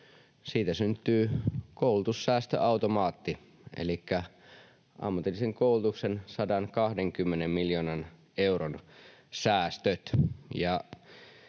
Siitä syntyy koulutussäästöautomaatti elikkä ammatillisen koulutuksen 120 miljoonan euron säästöt.